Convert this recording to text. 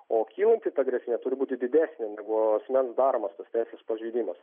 o kylanti ta grėsmė turi būti didesnė negu asmens daromas tas teisės pažeidimas